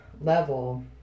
level